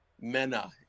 MENA